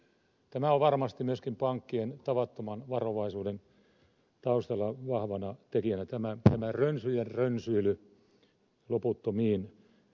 tämä on varmasti myöskin pankkien tavattoman varovaisuuden taustalla vahvana tekijänä tämä rönsyjen rönsyily loputtomiin